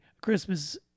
Christmas